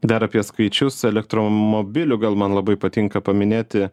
dar apie skaičius elektromobilių gal man labai patinka paminėti